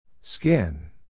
skin